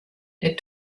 der